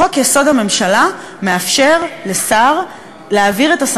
חוק-יסוד: הממשלה מאפשר לשר להעביר את,